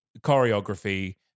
Choreography